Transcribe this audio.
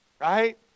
right